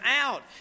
out